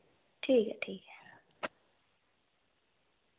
ठीक ऐ ठीक ऐ